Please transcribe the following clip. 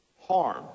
harm